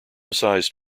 sized